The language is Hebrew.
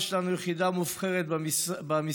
יש לנו יחידה מובחרת במשרד,